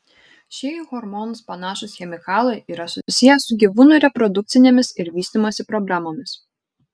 šie į hormonus panašūs chemikalai yra susiję su gyvūnų reprodukcinėmis ir vystymosi problemomis